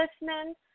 listening